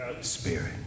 Spirit